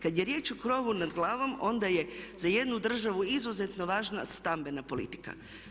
Kada je riječ o krovu nad glavom onda je za jednu državu izuzetno važna stambena politika.